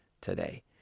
today